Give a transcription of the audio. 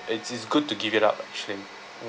it's it's good to give it up actually